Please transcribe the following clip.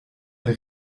elle